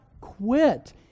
quit